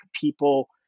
people